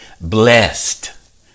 blessed